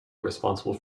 responsible